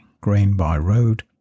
grain-by-road